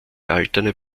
erhaltene